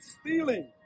stealing